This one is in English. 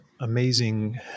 amazing